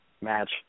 match